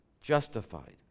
justified